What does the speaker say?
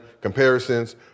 comparisons